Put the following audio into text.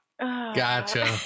Gotcha